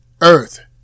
Earth